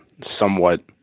somewhat